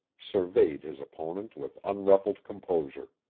surveyed his opponent with unruffled composure.